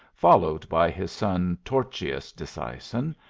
followed by his son tortious disseisin,